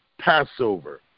Passover